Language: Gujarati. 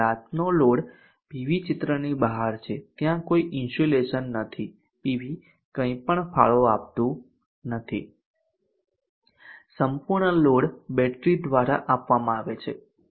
રાતનો લોડમાં પીવી ચિત્રની બહાર છે ત્યાં કોઈ ઇન્સ્યુલેશન નથી પીવી કંઈપણ ફાળો આપતું નથી સંપૂર્ણ લોડ બેટરી દ્વારા આપવામાં છે